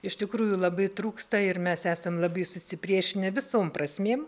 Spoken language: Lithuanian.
iš tikrųjų labai trūksta ir mes esam labai susipriešinę visom prasmėm